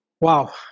Wow